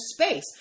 space